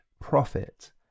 profit